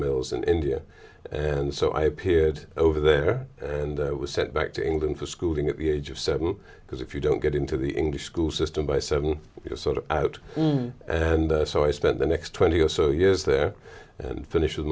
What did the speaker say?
mills in india and so i appeared over there and was sent back to england for schooling at the age of seven because if you don't get into the in the school system by seven you know sort of out and so i spent the next twenty or so years there and finishe